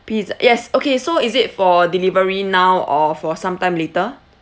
piz~ yes okay so is it for delivery now or for sometime later